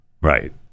right